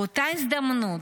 באותה הזדמנות,